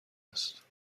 است